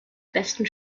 besten